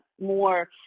more